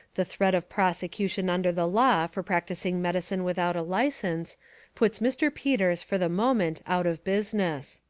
the threat of prosecution under the law for practising medi cine without a license puts mr, peters for the moment out of business.